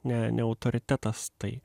ne ne autoritetas tai